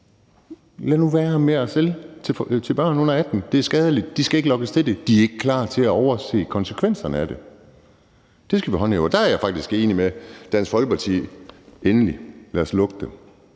lad nu være med at sælge til børn under 18 år. Det er skadeligt, og de skal ikke lokkes til det. De er ikke klar til at overse konsekvenserne af det. Det skal vi håndhæve, og der er jeg faktisk enig med Dansk Folkeparti: Lad os